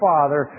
Father